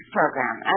program